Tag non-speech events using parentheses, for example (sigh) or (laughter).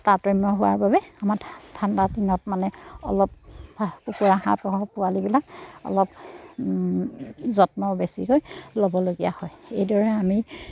তাৰতম্য হোৱাৰ বাবে আমাৰ ঠাণ্ডা দিনত মানে অলপ কুকুৰা হাঁহ (unintelligible) পোৱালিবিলাক অলপ যত্ন বেছিকৈ ল'বলগীয়া হয় এইদৰে আমি